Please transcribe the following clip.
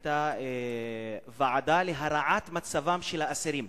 היתה ועדה להרעת מצבם של האסירים.